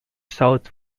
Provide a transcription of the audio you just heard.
south